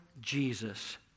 Jesus